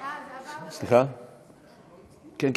כן,